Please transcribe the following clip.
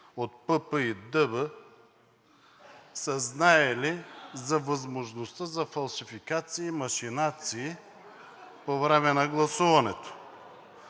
от ПП и ДБ са знаели за възможността за фалшификации, машинации по време на гласуването,